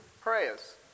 prayers